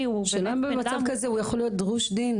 השאלה אם במצב כזה הוא יכול להיות דרוש דין?